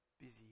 busy